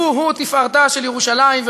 והוא-הוא תפארתה של ירושלים,